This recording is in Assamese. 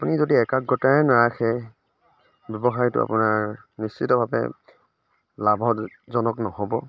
আপুনি যদি একাগ্ৰতাই নাৰাখে ব্য়ৱসায়টো আপোনাৰ নিশ্চিতভাৱে লাভজনক নহ'ব